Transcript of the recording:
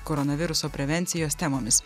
koronaviruso prevencijos temomis